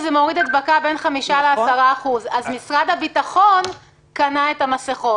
שזה מוריד הדבקה בין 5% 10%. אז משרד הביטחון קנה את המסכות.